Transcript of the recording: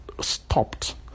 stopped